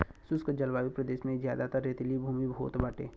शुष्क जलवायु प्रदेश में जयादातर रेतीली भूमि होत बाटे